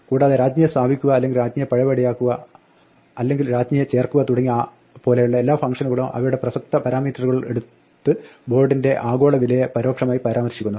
കൂടാതെ രാജ്ഞിയെ സ്ഥാപിക്കുക അല്ലെങ്കിൽ രാജ്ഞിയെ പഴയ പടിയാക്കുക അല്ലെങ്കിൽ രാജ്ഞിയെ ചേർക്കുക തുടങ്ങിയ പോലെയുള്ള എല്ലാ ഫംഗ്ഷനുകളും അവയുടെ പ്രസക്തമായ പരാമീറ്ററുകൾ എടുത്ത് ബോർഡിന്റെ ആഗോള വിലയെ പരോക്ഷമായി പരാമർശിക്കുന്നു